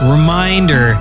Reminder